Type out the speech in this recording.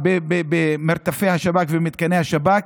במרתפי השב"כ ובמתקני השב"כ.